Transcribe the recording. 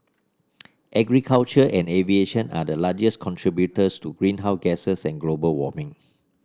agriculture and aviation are the largest contributors to greenhouse gases and global warming